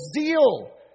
zeal